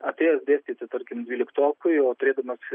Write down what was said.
atėjęs dėstyti tarkim dvyliktokui o turėdamas